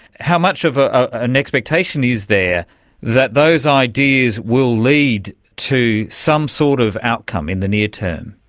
how much of ah ah an expectation is there that those ideas will lead to some sort of outcome in the near term?